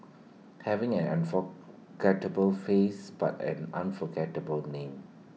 having an unforgettable face but A unforgettable name